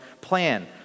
plan